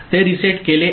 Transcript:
ते रीसेट केले आहे